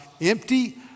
empty